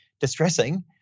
distressing